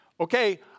Okay